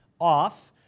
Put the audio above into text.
off